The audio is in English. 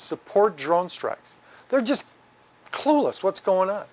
support drone strikes they're just clueless what's going on